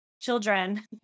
children